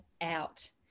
out